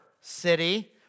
city